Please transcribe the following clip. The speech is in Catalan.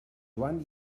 joan